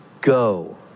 go